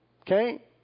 Okay